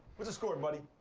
what's the score, buddy?